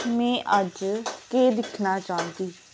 में अज्ज केह् दिक्खना चाह्गी